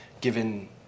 given